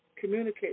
communicate